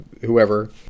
whoever